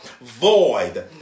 Void